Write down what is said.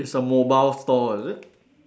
it's a mobile stall is it